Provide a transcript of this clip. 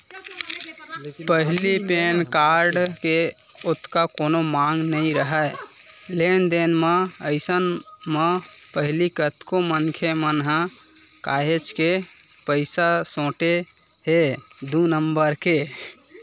पहिली PAN card के ओतका कोनो मांग नइ राहय लेन देन म, अइसन म पहिली कतको मनखे मन ह काहेच के पइसा सोटे हे दू नंबर के